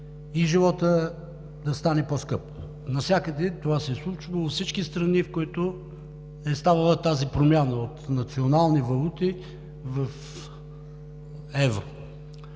и животът да стане по-скъп. Навсякъде това се е случвало – във всички страни, в които е ставала тази промяна от национални валути в евро.